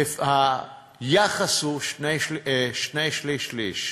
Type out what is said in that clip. היחס הוא שני-שלישים לשליש,